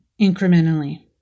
incrementally